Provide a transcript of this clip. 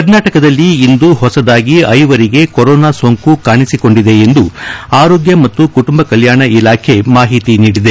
ಕರ್ನಾಟಕದಲ್ಲಿ ಇಂದು ಹೊಸದಾಗಿ ಐವರಿಗೆ ಕೊರೊನಾ ಸೋಂಕು ಕಾಣಿಸಿಕೊಂಡಿದೆ ಎಂದು ಆರೋಗ್ಡ ಮತ್ತು ಕುಟುಂಬ ಕಲ್ಲಾಣ ಇಲಾಖೆ ಮಾಹಿತಿ ನೀಡಿದೆ